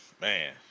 man